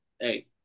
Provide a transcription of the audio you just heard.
hey